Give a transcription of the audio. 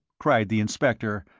cried the inspector,